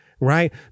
right